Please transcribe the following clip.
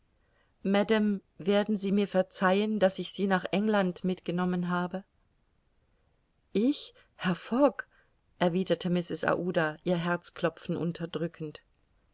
werden sie mir verzeihen daß ich sie nach england mitgenommen habe ich herr fogg erwiderte mrs aouda ihr herzklopfen unterdrückend